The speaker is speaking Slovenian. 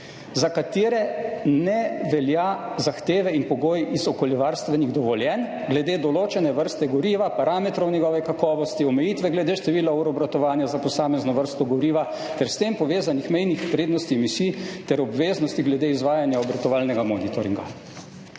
za katere ne velja zahteve in pogoji iz okoljevarstvenih dovoljenj glede določene vrste goriva, parametrov njegove kakovosti, omejitve glede števila ur obratovanja za posamezno vrsto goriva ter s tem povezanih mejnih vrednosti emisij ter obveznosti glede izvajanja obratovalnega monitoringa.